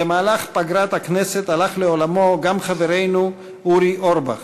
במהלך פגרת הכנסת הלך לעולמו גם חברנו אורי אורבך